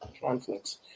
conflicts